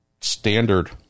standard